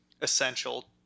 essential